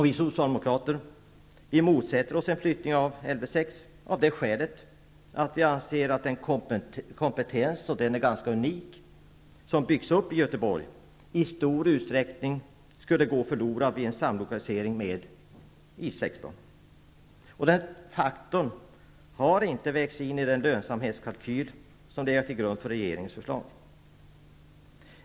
Vi socialdemokrater motsätter oss en flyttning av Lv 6 av det skälet att vi anser att den kompetens -- den är ganska unik -- som byggts upp i Göteborg i stor utsträckning skulle gå förlorad vid en samlokalisering med I 16. Denna faktor har inte vägts in i den lönsamhetskalkyl som legat till grund för regeringens förslag.